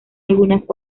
algunas